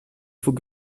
faut